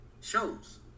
shows